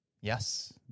Yes